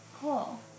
Cool